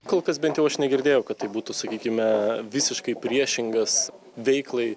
kol kas bent jau aš negirdėjau kad tai būtų sakykime visiškai priešingas veiklai